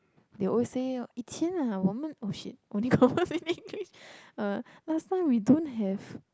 they will always say 以前 ah 我们 oh shit only converse in English uh last time we don't have